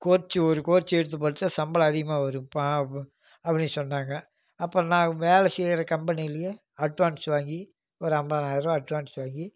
கோர்ச்சி ஒரு கோர்ச்சி எடுத்து படித்தா சம்பளம் அதிகமாக வரும்பா அப்புடினு அப்படின்னு சொன்னாங்க அப்புறம் நான் வேலை செய்யுற கம்பெனியிலேயே அட்வான்ஸ் வாங்கி ஒரு ஐம்பதுனாயிரருவா அட்வான்ஸ் வாங்கி